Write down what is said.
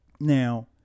Now